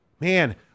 man